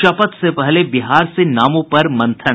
शपथ से पहले बिहार से नामों पर मंथन